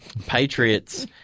Patriots